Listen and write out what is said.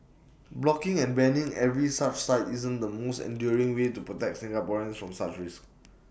blocking and banning every such site isn't the most enduring way to protect Singaporeans from such risks